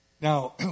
Now